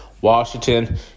Washington